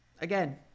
Again